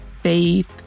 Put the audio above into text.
faith